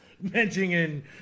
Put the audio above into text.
mentioning